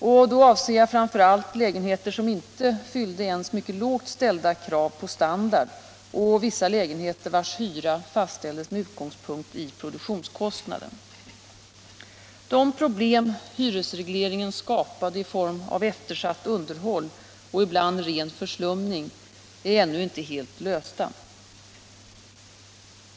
Jag avser då framför allt lägenheter som inte fyllde ens mycket lågt ställda krav på standard och vissa lägenheter vilkas hyra fastställdes med utgångspunkt i produktionskostnaden. De problem hyresregleringen skapade i form av eftersatt underhåll och ibland ren förslumning är ännu inte helt lösta.